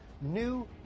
New